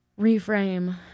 reframe